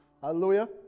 Hallelujah